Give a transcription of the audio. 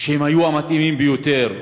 שהיו המתאימים ביותר בעיני: